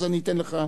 אז אני נותן לך.